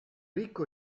ricco